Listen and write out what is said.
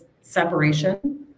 separation